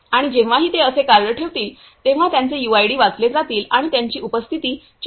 आणि जेव्हाही ते असे कार्ड ठेवतील तेव्हा त्यांचे यूआयडी वाचले जातील आणि त्यांची उपस्थिती चिन्हांकित केली जाईल